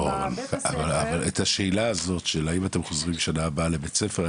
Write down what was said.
אבל את השאלה- ״האם עומר חוזר בשנה הבאה לבית הספר?״,